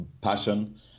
Passion